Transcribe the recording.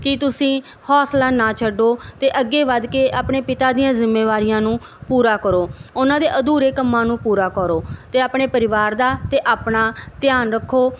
ਕੀ ਤੁਸੀਂ ਹੌਸਲਾ ਨਾ ਛੱਡੋ ਤੇ ਅੱਗੇ ਵਧ ਕੇ ਆਪਣੇ ਪਿਤਾ ਦੀਆਂ ਜਿੰਮੇਵਾਰੀਆਂ ਨੂੰ ਪੂਰਾ ਕਰੋ ਉਹਨਾਂ ਦੇ ਅਧੂਰੇ ਕੰਮਾਂ ਨੂੰ ਪੂਰਾ ਕਰੋ ਤੇ ਆਪਣੇ ਪਰਿਵਾਰ ਦਾ ਤੇ ਆਪਣਾ ਧਿਆਨ ਰੱਖੋ